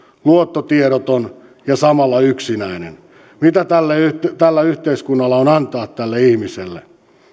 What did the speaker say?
luottotiedoton ja samalla yksinäinen mitä tällä yhteiskunnalla on antaa tälle ihmiselle